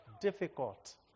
difficult